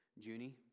Junie